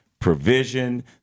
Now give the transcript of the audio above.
provision